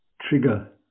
trigger